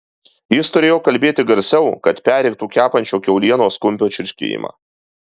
jis turėjo kalbėti garsiau kad perrėktų kepančio kiaulienos kumpio čirškėjimą